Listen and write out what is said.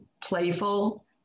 playful